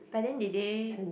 but then did they